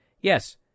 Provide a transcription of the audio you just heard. Yes